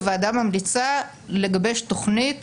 הוועדה ממליצה לגבש תוכנית